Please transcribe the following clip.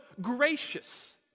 gracious